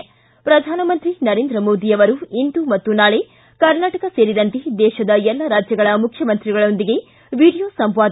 ್ರ ಪ್ರಧಾನಮಂತ್ರಿ ನರೇಂದ್ರ ಮೋದಿ ಅವರು ಇಂದು ಮತ್ತು ನಾಳೆ ಕರ್ನಾಟಕ ಸೇರಿದಂತೆ ದೇಶದ ಎಲ್ಲ ರಾಜ್ಯಗಳ ಮುಖ್ಯಮಂತ್ರಿಗಳೊಂದಿಗೆ ವಿಡಿಯೋ ಸಂವಾದ